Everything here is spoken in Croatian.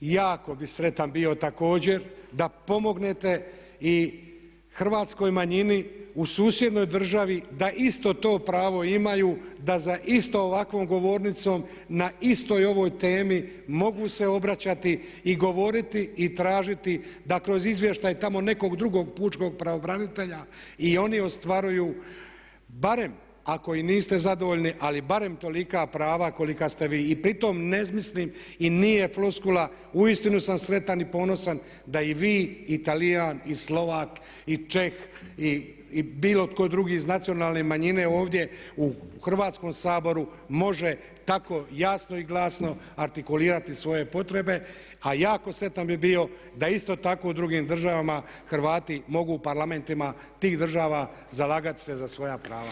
Jako bi sretan bio također da pomognete i hrvatskoj manjini u susjednoj državi da isto to pravo imaju da za isto ovakvom govornicom na istoj ovoj temi mogu se obraćati i govoriti i tražiti da kroz izvještaj tamo nekog drugog pučkog pravobranitelja i oni ostvaruju barem ako i niste zadovoljni ali barem tolika prava kolika ste i vi, i pritom ne mislim i nije floskula uistinu sam sretan i ponosan da i vi i Talijan, i Slovak, i Čeh i bilo tko drugi iz nacionalnih manjine ovdje u Hrvatskom saboru može tako jasno i glasno artikulirati svoje potrebe a jako sretan bi bio da isto tako u drugim državama Hrvati mogu u Parlamentima tih država zalagati se za svoja prava.